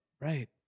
Right